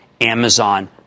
Amazon